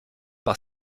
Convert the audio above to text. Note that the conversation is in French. par